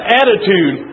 attitude